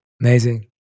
Amazing